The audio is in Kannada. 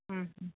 ಹ್ಞೂ